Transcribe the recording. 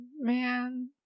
Man